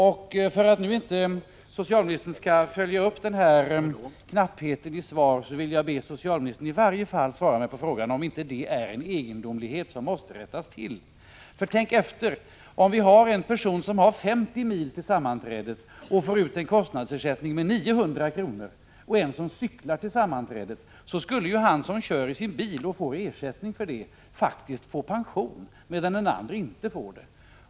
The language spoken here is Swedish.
För att socialministern nu inte skall så att säga följa upp knappheten i svaret, vill jag be att hon svarar på frågan om inte detta är en egendomlighet som måste rättas till. Tänk efter! Vi kan jämföra en person som har 50 mil till sammanträdet och får ut en kostnadsersättning på 900 kr. med en person som cyklar till sammanträdet. Han som kör i sin bil och får ersättning för det skulle få pension, medan den andre inte får det.